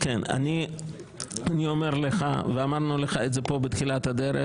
אני אומר לך ואמרנו לך את זה פה בתחילת הדרך,